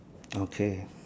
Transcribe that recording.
okay